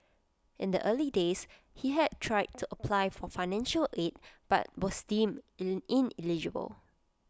in the early days he had tried to apply for financial aid but was deemed ineligible